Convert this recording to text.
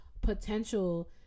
potential